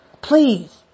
please